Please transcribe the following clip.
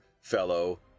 fellow